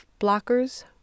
blockers